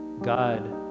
God